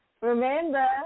Remember